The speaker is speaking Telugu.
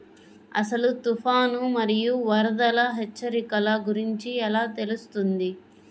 అసలు తుఫాను మరియు వరదల హెచ్చరికల గురించి ఎలా తెలుస్తుంది?